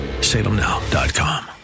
SalemNow.com